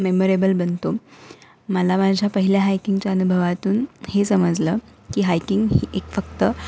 memorable बनतो मला माझ्या पहिल्या हायकिंगच्या अनुभवातून हे समजलं की हायकिंग ही एक फक्त